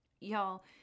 Y'all